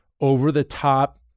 over-the-top